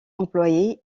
employée